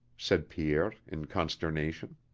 said pierre in consternation.